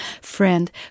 Friend